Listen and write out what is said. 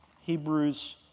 Hebrews